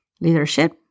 leadership